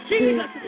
Jesus